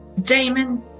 Damon